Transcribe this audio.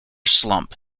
slump